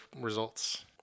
results